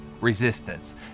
resistance